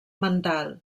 mental